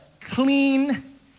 clean